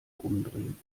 umdrehen